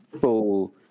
full